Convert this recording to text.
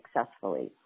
successfully